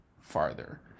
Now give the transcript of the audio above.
farther